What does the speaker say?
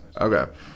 Okay